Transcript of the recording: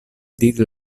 diri